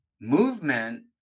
Movement